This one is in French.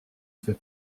fait